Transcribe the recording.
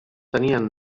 tenien